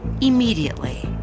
immediately